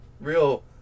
Real